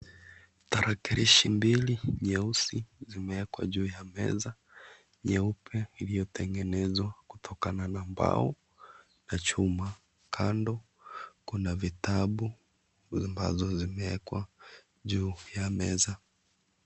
Tarakilishi mbili nyeusi zimeekwa juu meza nyeupe iliyotengenezwa kutokana na mbao na chuma. kando kuna vitabu ambazo zimeekwa juu ya meza.